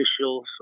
Officials